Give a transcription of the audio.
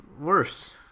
worse